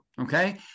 okay